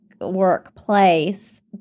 workplace